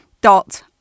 dot